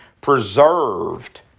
preserved